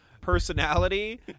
personality